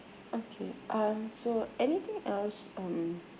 okay um so anything else um